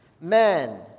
men